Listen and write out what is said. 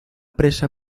presa